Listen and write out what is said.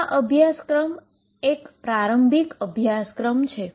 આ અભ્યાસક્રમમાં આ એક પ્રારંભિક અભ્યાસક્રમ છે